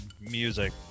music